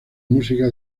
música